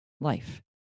life